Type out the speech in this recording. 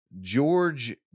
George